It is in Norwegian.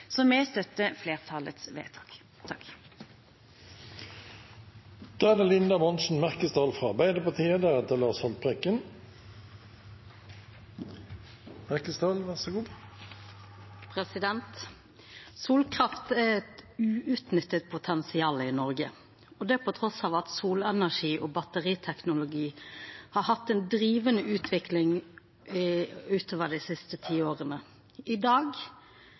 Så vi støtter flertallets tilråding. Solkraft er eit uutnytta potensial i Noreg, trass i at solenergi og batteriteknologi har hatt ei drivande utvikling utover dei siste tiåra. I dag